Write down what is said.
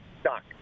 stuck